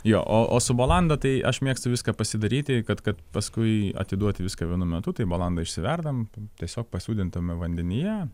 jo o su bolanda tai aš mėgstu viską pasidaryti kad kad paskui atiduot viską vienu metu tai bolandą išsiverdam tiesiog pasūdytame vandenyje